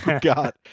God